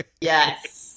Yes